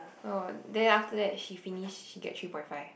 oh then after that she finish she get three point five